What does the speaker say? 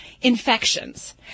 infections